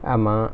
ஆமா:aamaa